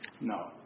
No